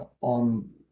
on